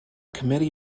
committee